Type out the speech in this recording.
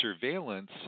Surveillance